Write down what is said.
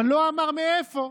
אבל לא אמר מאיפה,